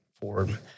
forward